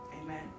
Amen